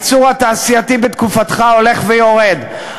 הייצור התעשייתי בתקופתך הולך ויורד,